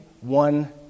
one